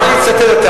בבניין לא,